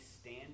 stand